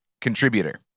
contributor